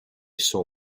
saw